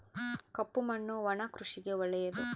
ಕಪ್ಪು ಮಣ್ಣು ಒಣ ಕೃಷಿಗೆ ಒಳ್ಳೆಯದು